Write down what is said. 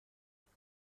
آروم